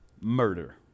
murder